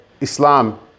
Islam